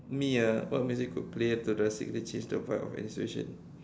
me ah what music could play to drastically change the vibe of any situation